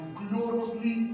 gloriously